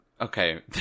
Okay